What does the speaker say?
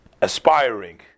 aspiring